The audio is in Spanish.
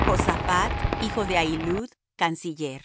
josaphat hijo de ahilud canciller